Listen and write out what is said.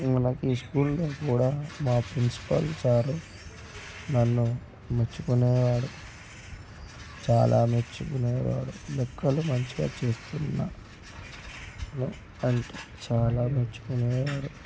మనకి స్కూల్ నుంచి కూడా మా ప్రిన్సిపల్ సారు నన్ను మెచ్చుకునేవాడు చాలా మెచ్చుకునేవాడు లెక్కలు మంచిగా చేస్తున్నాను అంటు చాలా మెచ్చుకునేవాడు